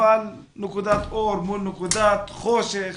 אבל נקודת אור מול נקודת חושך.